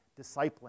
discipling